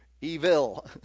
Evil